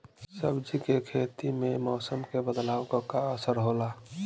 सब्जी के खेती में मौसम के बदलाव क का असर होला?